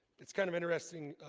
it's kind of interesting